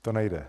To nejde.